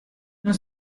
non